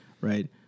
right